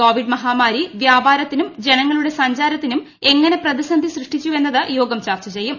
Covid മഹാമാരി വ്യാപാരത്തിനും ജനങ്ങളുടെ സഞ്ചാരത്തിനും എങ്ങനെ പ്രതിസന്ധി സൃഷ്ടിച്ചുവെന്നത് യോഗം ചർച്ച ചെയ്യും